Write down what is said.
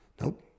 nope